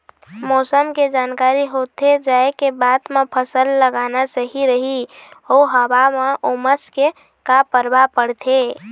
मौसम के जानकारी होथे जाए के बाद मा फसल लगाना सही रही अऊ हवा मा उमस के का परभाव पड़थे?